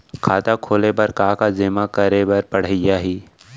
खाता खोले बर का का जेमा करे बर पढ़इया ही?